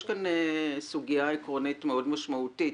יש כאן סוגיה עקרונית מאוד משמעותית,